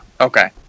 okay